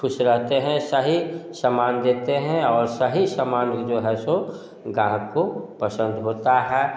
खुश रहते हैं सही सामान देते हैं और सही सामान जो है सो ग्राहक को पसंद होता है